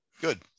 Good